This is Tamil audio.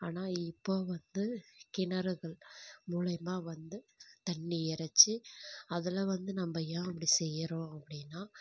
ஆனால் இப்போது வந்து கிணறுகள் மூலிமா வந்து தண்ணி இறச்சி அதில் வந்து நம்ம ஏன் அப்படி செய்கிறோம் அப்படினா